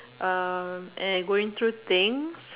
uh and going through things